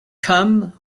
come